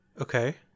Okay